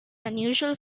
unusual